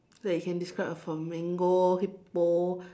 that you can describe a flamingo hippo